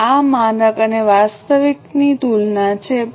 હવે આ માનક અને વાસ્તવિકની તુલના છે